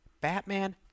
Batman